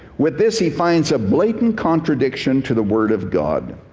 with this he finds a blatant contradiction to the word of god.